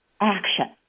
action